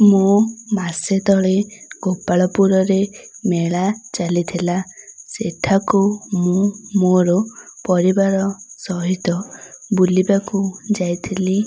ମୁଁ ମାସେ ତଳେ ଗୋପାଳପୁରରେ ମେଳା ଚାଲିଥିଲା ସେଠାକୁ ମୁଁ ମୋର ପରିବାର ସହିତ ବୁଲିବାକୁ ଯାଇଥିଲି